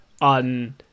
on